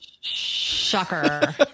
Shocker